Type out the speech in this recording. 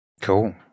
cool